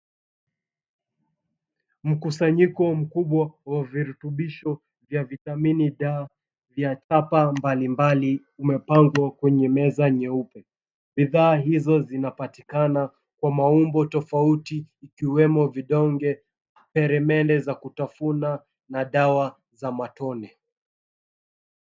Mkusanyiko mkubwa wa virutubisho vya Vitamini D vya chapa mbalimbali umepangwa kwenye meza nyeupe. Bidhaa hizo zinapatikana kwa maumbo tofauti ikiwemo vidonge, peremende za kutafuna na dawa za matone.